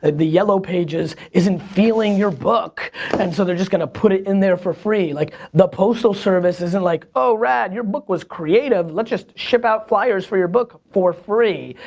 the yellow pages isn't feeling your book and so they're just gonna put it in there for free. like the postal service isn't like, oh rad, your book was creative. let's just ship out flyers for your book for free.